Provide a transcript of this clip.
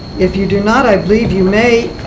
if you do not, i believe you may,